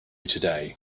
today